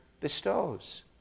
bestows